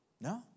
No